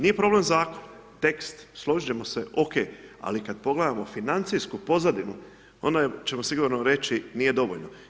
Nije problem zakon, tekst, složiti ćemo se, ok, ali kada pogledamo financijsku pozadinu onda ćemo sigurno reći nije dovoljno.